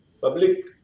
public